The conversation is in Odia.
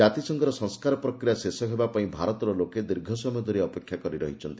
ଜାତିସଂଘର ସଂସ୍କାର ପ୍ରକ୍ରିୟା ଶେଷ ହେବା ପାଇଁ ଭାରତର ଲୋକେ ଦୀର୍ଘ ସମୟ ଧରି ଅପେକ୍ଷା କରି ରହିଛନ୍ତି